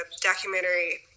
documentary